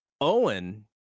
Owen